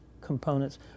components